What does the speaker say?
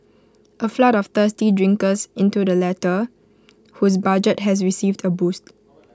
A flood of thirsty drinkers into the latter whose budget has received A boost